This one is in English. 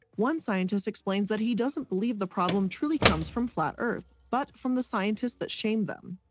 one scientist explains that he doesn't believe the problem truly comes from flat earth, but from the scientists that shamed them.